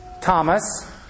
Thomas